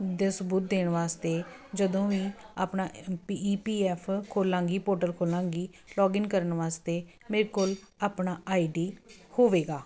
ਦਾ ਸਬੂਤ ਦੇਣ ਵਾਸਤੇ ਜਦੋਂ ਵੀ ਆਪਣਾ ਪੀ ਈਪੀਐਫ ਖੋਲਾਂਗੀ ਪੋਰਟਲ ਖੋਲਾਂਗੀ ਲੋਗਇਨ ਕਰਨ ਵਾਸਤੇ ਮੇਰੇ ਕੋਲ ਆਪਣਾ ਆਈਡੀ ਹੋਵੇਗਾ